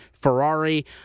Ferrari